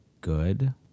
Good